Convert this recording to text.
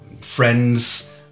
friends